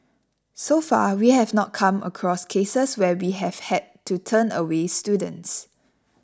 so far we have not come across cases where we have had to turn away students